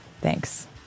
Thanks